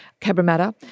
Cabramatta